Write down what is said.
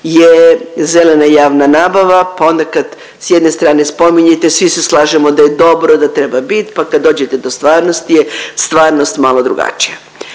je zelena javna nabava, pa onda kad s jedne strane spominjete svi se slažemo da je dobro da treba biti, pa kad dođete do stvarnosti je stvarnost malo drugačija.